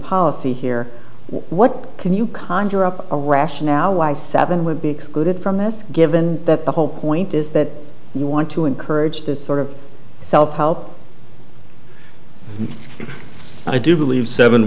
policy here what can you conjure up a rationale why seven would be excluded from this given that the whole point is that we want to encourage this sort of self help and i do believe seven